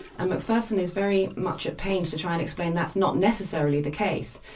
and macpherson is very much at pains to try and explain that's not necessarily the case.